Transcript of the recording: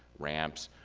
ramps,